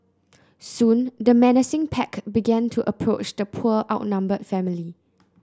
soon the menacing pack began to approach the poor outnumbered family